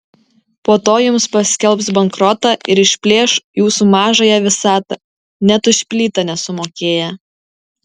po to jums paskelbs bankrotą ir išplėš jūsų mažąją visatą net už plytą nesumokėję